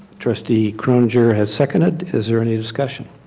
trustee croninger has second it. is there any discussion?